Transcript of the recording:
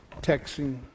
texting